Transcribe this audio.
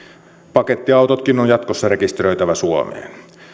pakettiautotkin on jatkossa rekisteröitävä suomeen